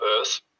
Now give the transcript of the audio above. Earth